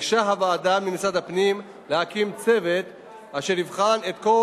ביקשה הוועדה ממשרד הפנים להקים צוות אשר יבחן את כל